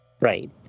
Right